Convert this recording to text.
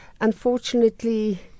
unfortunately